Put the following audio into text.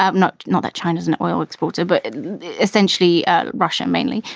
um not not that china's an oil exporter, but essentially russia mainly.